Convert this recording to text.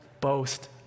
boast